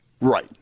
Right